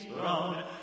brown